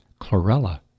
chlorella